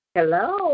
Hello